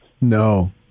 No